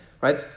Right